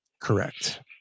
Correct